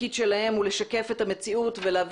התפקיד שלהם הוא לשקף את המציאות ולהביא